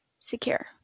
secure